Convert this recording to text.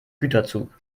güterzug